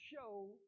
show